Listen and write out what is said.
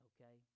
Okay